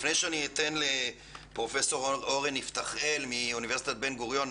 לפני שאני אתן לפרופ' אורן יפתחאל מאוניברסיטת בן גוריון לדבר,